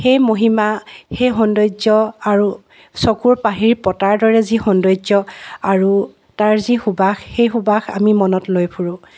সেই মহিমা সেই সৌন্দৰ্য আৰু চকুৰ পাহিৰ পতাৰ দৰে যি সৌন্দৰ্য আৰু তাৰ যি সুবাস সেই সুবাস আমি মনত লৈ ফুৰো